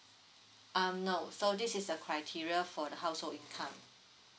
um no so this is the criteria for the household income